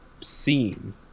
scene